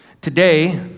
Today